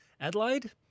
Adelaide